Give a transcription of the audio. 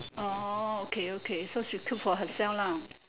orh okay okay so she cook for herself lah